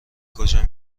کجا